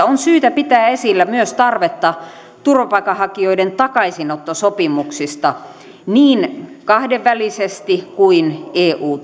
on syytä pitää esillä myös tarvetta turvapaikanhakijoiden takaisinottosopimuksista niin kahdenvälisesti kuin eu